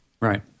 Right